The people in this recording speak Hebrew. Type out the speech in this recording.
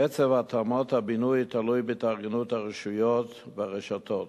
קצב התאמות הבינוי תלוי בהתארגנות הרשויות והרשתות,